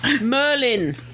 Merlin